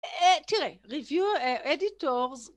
‫תראה, Review Editors.